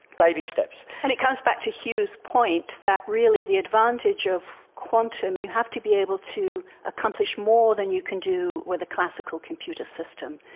baby steps. and it comes back to hugh's point that really the advantage of quantum, you have to be able to accomplish more than you can do with a classical computer system.